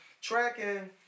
tracking